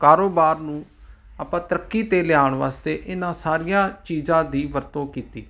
ਕਾਰੋਬਾਰ ਨੂੰ ਆਪਾਂ ਤਰੱਕੀ 'ਤੇ ਲਿਆਉਣ ਵਾਸਤੇ ਇਹਨਾਂ ਸਾਰੀਆਂ ਚੀਜ਼ਾਂ ਦੀ ਵਰਤੋਂ ਕੀਤੀ